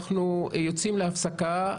אנחנו יוצאים להפסקה,